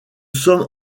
sommes